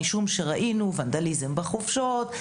משום שראינו ונדליזם בחופשות,